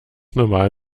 normal